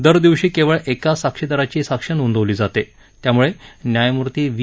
दरदिवशी केवळ एकाच साक्षीदाराची साक्ष नोंदवली जाते त्यामुळे न्यायमूर्ती व्ही